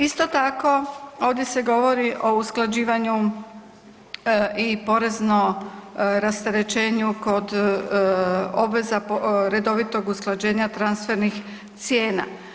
Isto tako, ovdje se govori o usklađivanju i porezno rasterećenju kod obveza redovitog usklađenja transfernih cijena.